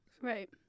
Right